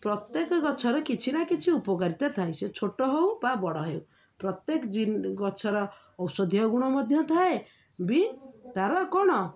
ପ୍ରତ୍ୟେକ ଗଛର କିଛି ନା କିଛି ଉପକାରିତା ଥାଏ ସେ ଛୋଟ ହଉ ବା ବଡ଼ ହେଉ ପ୍ରତ୍ୟେକ ଜିନ୍ ଗଛର ଔଷଧୀୟ ଗୁଣ ମଧ୍ୟ ଥାଏ ବି ତା'ର କ'ଣ